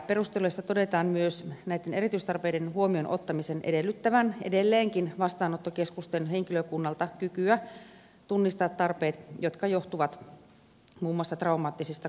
perusteluissa todetaan myös näitten erityistarpeiden huomioon ottamisen edellyttävän edelleenkin vastaanottokeskusten henkilökunnalta kykyä tunnistaa tarpeet jotka johtuvat muun muassa traumaattisista kokemuksista